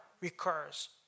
recurs